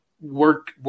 work